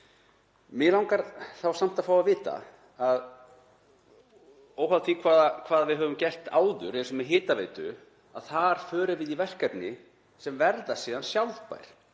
Mig langar samt að fá að vita, óháð því hvað við höfum gert áður — eins og með hitaveituna, þar förum við í verkefni sem verða síðan sjálfbær